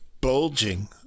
bulging